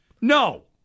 No